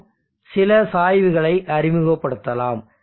மற்றும் சில சாய்வுகளை அறிமுகப்படுத்தலாம்